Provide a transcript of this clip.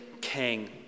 king